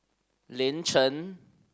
Lin Chen